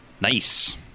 Nice